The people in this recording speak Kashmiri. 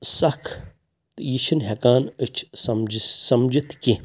سَکھ تہٕ یہِ چھِنہٕ ہٮ۪کان أسۍ چھِ سَمجھِ سَمجِتھ کینٛہہ